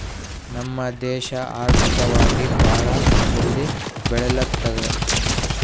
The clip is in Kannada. ನಮ್ ದೇಶ ಆರ್ಥಿಕವಾಗಿ ಭಾಳ ಜಲ್ದಿ ಬೆಳಿಲತ್ತದ್